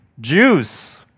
Jews